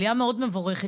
עלייה מאוד מבורכת,